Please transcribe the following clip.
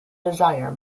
desire